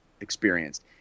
experienced